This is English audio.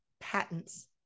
patents